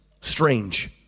strange